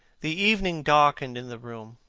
the evening darkened in the room.